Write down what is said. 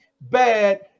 bad